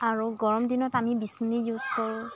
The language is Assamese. আৰু গৰম দিনত আমি বিচনী ইউজ কৰোঁ